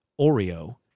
Oreo